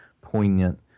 poignant